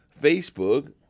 Facebook